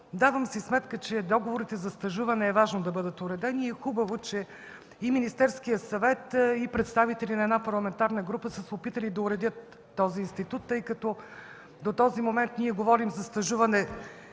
давам си сметка, че договорите за стажуване е важно да бъдат уредени и е хубаво, че и Министерският съвет, и представители на една парламентарна група са се опитали да уредят този институт, тъй като до този момент ние говорим за стажуване